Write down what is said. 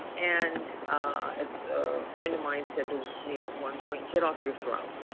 and ah as a friend of mine said to me at one point, get off your throne.